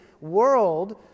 world